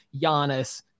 Giannis